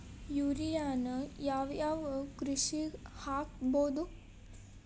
ಯೂರಿಯಾನ ಯಾವ್ ಯಾವ್ ಕೃಷಿಗ ಹಾಕ್ಬೋದ?